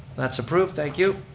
that's approved, thank you.